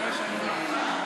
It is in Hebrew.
התשע"ח 2017,